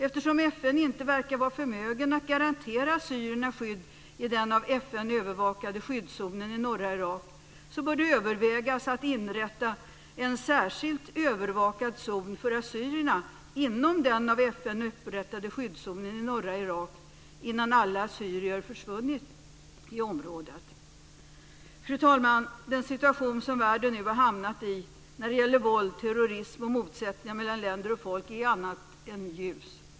Eftersom FN inte verkar vara förmöget att garantera assyrierna skydd i den av FN övervakade skyddszonen i norra Irak bör det övervägas att inrätta en särskilt övervakad zon för assyrierna inom den av FN upprättade skyddszonen i norra Irak innan alla assyrier i området försvunnit. Fru talman! Den situation som världen nu har hamnat i när det gäller våld, terrorism och motsättningar mellan länder och folk är allt annat än ljus.